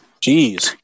Jeez